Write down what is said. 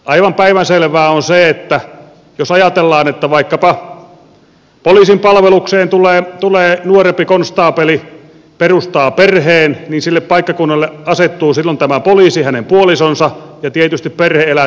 aivan päivänselvää on se että jos ajatellaan että vaikkapa poliisin palvelukseen tulee nuorempi konstaapeli joka perustaa perheen niin sille paikkakunnalle asettuu silloin tämä poliisi ja hänen puolisonsa ja tietysti perhe elää siellä paikkakunnalla